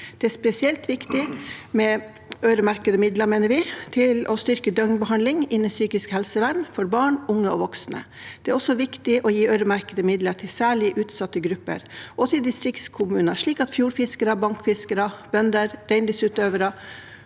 det er spesielt viktig med øremerkede midler til å styrke døgnbehandling innen psykisk helsevern for barn, unge og voksne. Det er også viktig å gi øremerkede midler til særlig utsatte grupper og til distriktskommuner, slik at fjordfiskere, bankfiskere, bønder og reindriftsutøvere